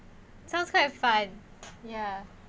I see sounds quite fun ya